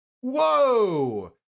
Whoa